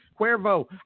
Cuervo